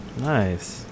Nice